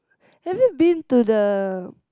have you been to the